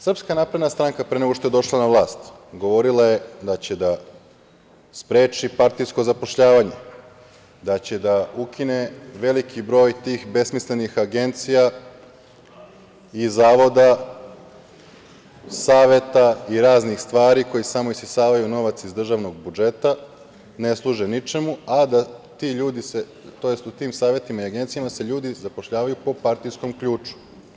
Srpska napredna stranka pre nego što je došla na vlast, govorila je da će da spreči partijsko zapošljavanje, da će da ukine veliki broj tih besmislenih agencija i zavoda, saveta i raznih stvari koji samo isisavaju novac iz državnog budžeta, ne služe ničemu, a da se ti ljudi, tj. u tim savetima i agencijama, se ljudi zapošljavaju po partijskom ključu.